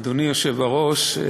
אדוני היושב-ראש,